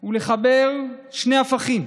הוא לחבר שני הפכים.